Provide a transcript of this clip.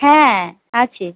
হ্যাঁ আছে